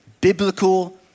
biblical